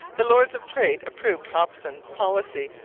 the lords of trade approved hopson's policy,